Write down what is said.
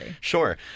Sure